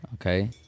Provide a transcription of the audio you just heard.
Okay